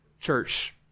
church